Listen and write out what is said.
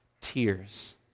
Tears